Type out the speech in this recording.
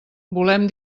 volem